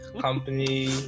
company